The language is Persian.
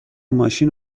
ماشین